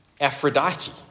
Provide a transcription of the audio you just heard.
Aphrodite